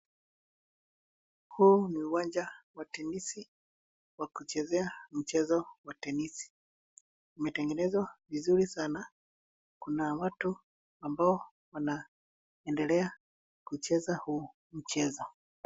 Huu ni uwanja wa tenisi wa kuchezea mchezo wa tenisi. Imetengenezwa vizuri sana. Kuna watu ambao wanaendelea kucheza huu mchezo.